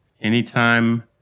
anytime